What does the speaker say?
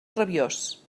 rabiós